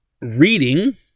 reading